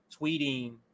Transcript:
tweeting